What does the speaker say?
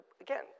again